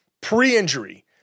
pre-injury